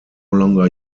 longer